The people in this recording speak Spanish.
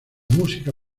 música